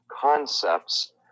concepts